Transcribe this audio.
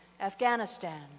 Afghanistan